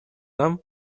нам